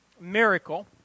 miracle